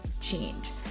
change